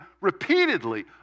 repeatedly